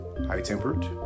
high-tempered